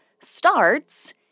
starts